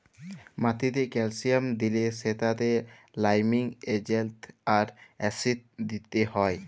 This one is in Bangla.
মাটিতে ক্যালসিয়াম দিলে সেটতে লাইমিং এজেল্ট আর অ্যাসিড দিতে হ্যয়